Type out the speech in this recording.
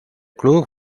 club